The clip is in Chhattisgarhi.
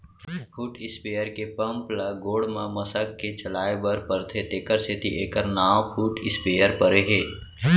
फुट स्पेयर के पंप ल गोड़ म मसक के चलाए बर परथे तेकर सेती एकर नांव फुट स्पेयर परे हे